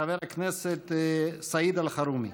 חבר הכנסת סעיד אלחרומי.